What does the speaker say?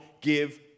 give